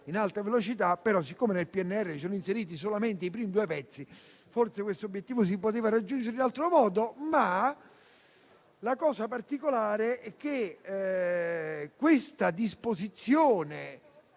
in Alta Velocità, ma siccome nel PNRR sono inseriti solamente i primi due pezzi, forse questo obiettivo si poteva raggiungere in altro modo. La cosa particolare è che questa disposizione,